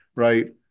Right